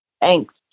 thanks